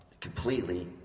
completely